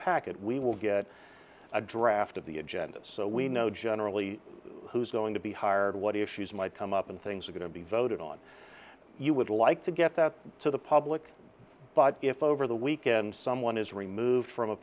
packet we will get a draft of the agenda so we know generally who's going to be hired what issues might come up and things are going to be voted on you would like to get that to the public but if over the weekend someone is removed from a